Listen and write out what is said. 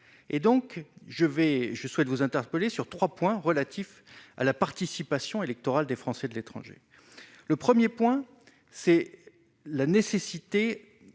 je vais, je souhaite vous interpeller sur 3 points relatifs à la participation électorale des Français de l'étranger, le 1er point c'est la nécessité